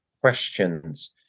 questions